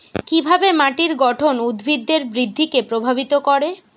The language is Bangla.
কিভাবে মাটির গঠন উদ্ভিদের বৃদ্ধিকে প্রভাবিত করে?